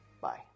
Bye